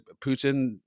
Putin